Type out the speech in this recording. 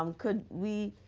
um could we,